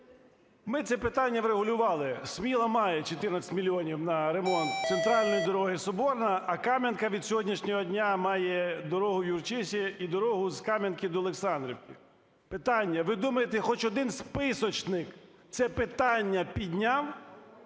Ми ці питання врегулювали – Сміла має 14 мільйонів на ремонт центральної дороги Соборна, а Кам'янка від сьогоднішнього дня має дорогу в Юрчисі і дорогу з Кам'янки до Олександрівки. Питання. Ви думаєте, хоч один списочник це питання підняв?